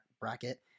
bracket